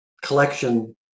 collection